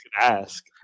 ask